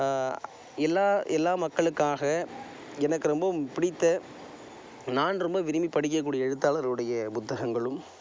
எல்லா எல்லா மக்களுக்காக எனக்கு ரொம்பவும் பிடித்த நான் ரொம்ப விரும்பி படிக்கக்கூடிய எழுத்தாளரோடைய புத்தகங்களும்